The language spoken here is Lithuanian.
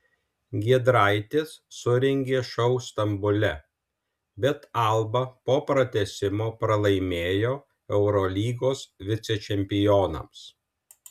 giedraitis surengė šou stambule bet alba po pratęsimo pralaimėjo eurolygos vicečempionams